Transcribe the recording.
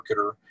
marketer